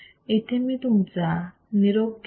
इथे मी तुमचा निरोप घेते